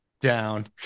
Down